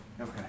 Okay